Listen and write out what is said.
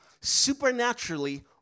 supernaturally